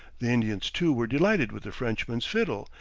the indians, too, were delighted with the frenchman's fiddle,